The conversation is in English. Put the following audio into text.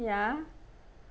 ya